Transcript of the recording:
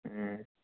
ꯎꯝ